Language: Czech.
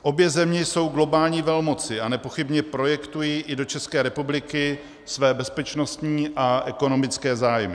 Obě země jsou globální velmoci a nepochybně projektují i do České republiky své bezpečnostní a ekonomické zájmy.